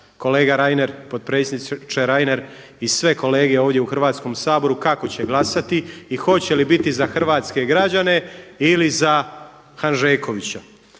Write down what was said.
kolega Reiner, potpredsjedniče Reiner i sve kolege ovdje u Hrvatskom saboru kako će glasati i hoće li biti za hrvatske građane ili za Hanžekovića.